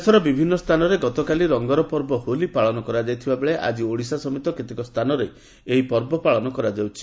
ହୋଲି ଦେଶର ବିଭିନ୍ନ ସ୍ଥାନରେ ଗତକାଲି ରଙ୍ଗର ପର୍ବ ହୋଲି ପାଳନ କରାଯାଇଥିବା ବେଳେ ଆଜି ଓଡ଼ିଶା ସମେତ କେତେକ ସ୍ଥାନରେ ଏହି ପର୍ବ ପାଳନ କରାଯାଉଛି